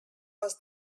was